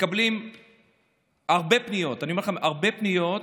מקבלים הרבה פניות, אני אומר לכם, הרבה פניות,